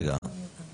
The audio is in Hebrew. רגע,